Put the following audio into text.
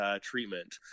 treatment